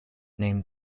named